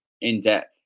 in-depth